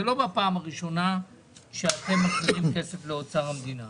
זאת לא הפעם הראשונה שאתם מחזירים כסף לאוצר המדינה.